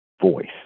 voice